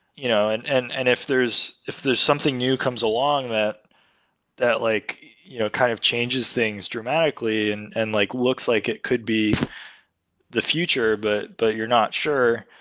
you know and and and if there's if there's something new comes along that that like you know kind of changes things dramatically and and like looks like it could be the future but but you're not sure,